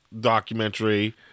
documentary